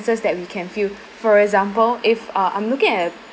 that we can feel for example if uh I'm looking at